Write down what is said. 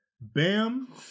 Bam